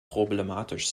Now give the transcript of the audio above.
problematisch